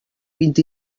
vint